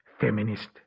feminist